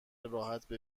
راحت